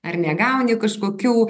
ar negauni kažkokių